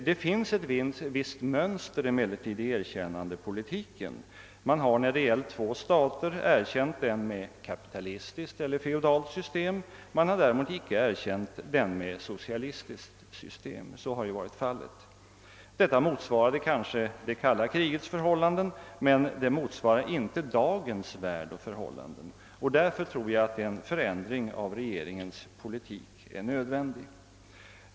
Det finns emellertid, för det andra, ett visst mönster i erkännandepolitiken: när det gällt två stater har man erkänt den med kapitalistiskt eller feodalt system, medan man inte erkänt den med socialistiskt system. Detta motsvarar kanske det kalla krigets förhållanden, men det motsvarar icke dagens värld och dagens förhållanden. Därför tror jag att en förändring av regeringens politik är nödvändig.